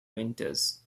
winters